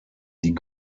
die